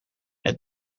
het